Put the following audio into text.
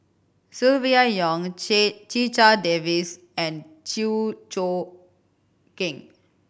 Silvia Yong Checha Davies and Chew Choo Keng